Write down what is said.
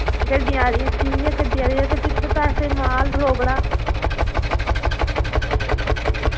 गड्डी हारियां ठीक ऐ गड्डी हारियां ते फ्ही तुसैं पैसे माल रोकड़ा